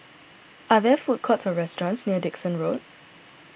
are there food courts or restaurants near Dickson Road